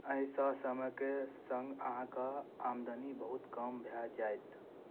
एहिसँ समयके सङ्ग अहाँके आमदनी बहुत कम भए जाइत